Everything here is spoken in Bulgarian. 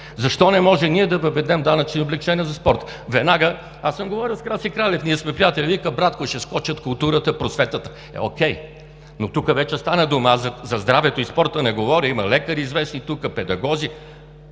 Защо не можем ние да въведем данъчни облекчения за спорта? Аз съм говорил с Краси Кралев, ние сме приятели. Вика: „Братко, ще скочат културата, просветата“, окей, но тук вече стана дума. За здравето и спорта не говоря. Има лекари известни тук, педагози,